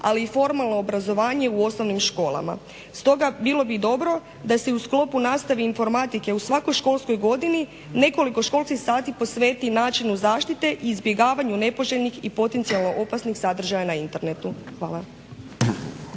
ali i formalno obrazovanje u osnovnim školama. Stoga bilo bi dobro da se u sklopu nastave informatike u svakoj školskoj godini nekoliko školskih sati posveti i načinu zaštite i izbjegavanju nepoželjnih i potencijalno opasnih sadržaja na internetu. Hvala.